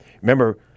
remember